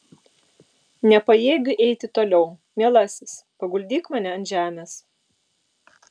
nepajėgiu eiti toliau mielasis paguldyk mane ant žemės